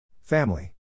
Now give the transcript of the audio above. Family